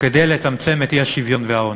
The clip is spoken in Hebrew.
כדי לצמצם את האי-שוויון והעוני.